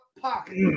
pocket